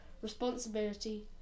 responsibility